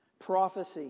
Prophecy